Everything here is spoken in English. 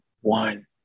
one